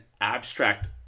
abstract